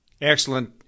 Excellent